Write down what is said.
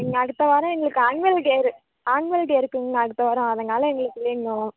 ம் அடுத்த வாரம் எங்களுக்கு ஆனுவல் டே ஆனுவல் டே இருக்குங்கணா அடுத்த வாரம் அதனால் எங்களுக்கு வேணும்